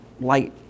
light